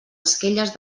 esquelles